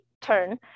turn